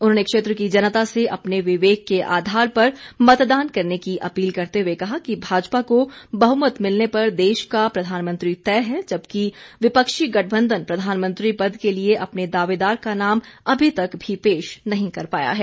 उन्होंने क्षेत्र की जनता से अपने विवेक के आधार पर मतदान करने की अपील करते हुए कहा कि भाजपा को बहमत मिलने पर देश का प्रधानमंत्री तय है जबकि विपक्षी गठबंधन प्रधानमंत्री पद के लिए अपने दावेदार का नाम अभी तक भी पेश नहीं कर पाया है